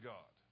God